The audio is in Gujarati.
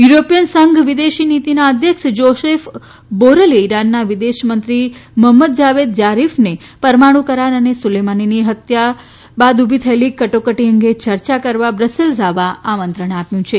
યુરોપીયન સંઘ વિદેશ નીતિના અધ્યક્ષ જોસેફ બોરેલે ઈરાનના વિદેશ મંત્રી મોહમ્મદ જાદવ જારીફને પરમાણુ કરાર અને સુલેમાનીની હત્યા ઉભી થયેલી કટોકટી અંગે ચર્ચા કરવા બ્રુસેલ્સ આવવા આમંત્રણ આપ્યું છે